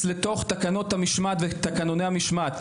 לתוך תקנות המשמעת ולתקנוני המשמעת,